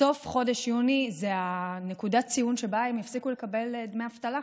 סוף חודש יוני זו נקודת הציון שבה הם יפסיקו לקבל דמי אבטלה.